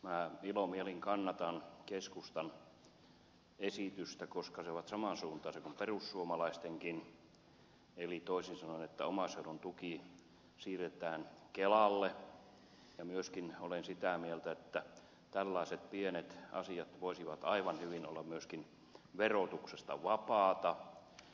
minä ilomielin kannatan keskustan esitystä koska se on samansuuntainen kuin perussuomalaistenkin eli toisin sanoen omaishoidon tuki siirretään kelalle ja myöskin olen sitä mieltä että tällaiset pienet asiat voisivat aivan hyvin olla myöskin verotuksesta vapaita